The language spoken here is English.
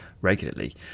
regularly